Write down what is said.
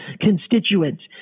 constituents